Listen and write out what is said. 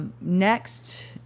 Next